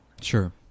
Sure